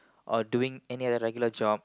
or doing any other regular job